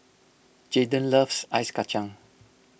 Jaden loves Ice Kachang